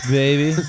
baby